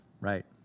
right